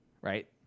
right